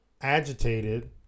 agitated